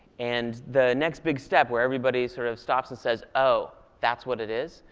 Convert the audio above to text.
and the next big step where everybody sort of stops and says, oh, that's what it is,